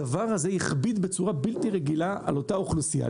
הדבר הזה הכביד בצורה בלתי רגילה על אותה אוכלוסייה.